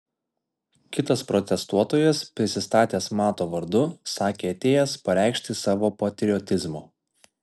kitas protestuotojas prisistatęs mato vardu sakė atėjęs pareikšti savo patriotizmo